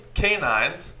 canines